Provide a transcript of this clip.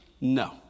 No